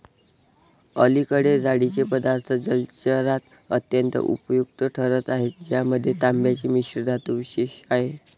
अलीकडे जाळीचे पदार्थ जलचरात अत्यंत उपयुक्त ठरत आहेत ज्यामध्ये तांब्याची मिश्रधातू विशेष आहे